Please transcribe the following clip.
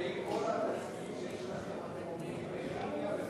נגיע להצבעה.